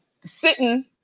sitting